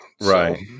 Right